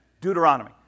Deuteronomy